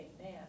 man